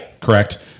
correct